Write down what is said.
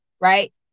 right